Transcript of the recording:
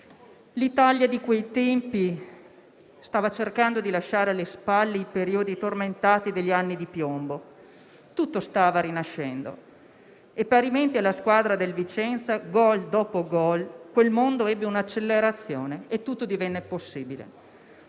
L'Italia di quei tempi stava cercando di lasciare alle spalle i periodi tormentati degli anni di piombo. Tutto stava rinascendo e, parimenti alla squadra del Vicenza, gol dopo gol, quel mondo ebbe un'accelerazione e tutto divenne possibile.